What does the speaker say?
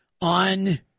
on